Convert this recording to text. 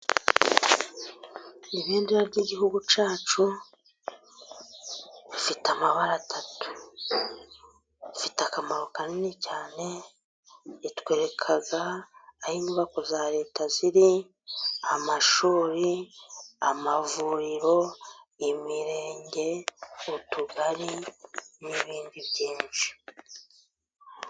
Ibendera ry'Igihugu cyacu rifite amabara atatu. Rifite akamaro kanini cyane, ritwereka aho inyubako za Leta ziri. Amashuri, amavuriro, imirenge, utugari n'ibindi. byinshi